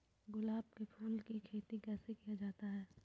गुलाब के फूल की खेत कैसे किया जाता है?